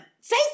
Say